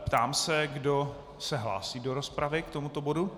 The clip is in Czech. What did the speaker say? Ptám se, kdo se hlásí do rozpravy k tomuto bodu.